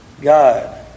God